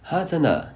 !huh! 真的 ah